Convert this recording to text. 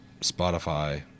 Spotify